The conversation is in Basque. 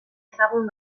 ezagun